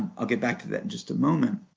i'll get back to that in just a moment.